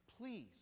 Please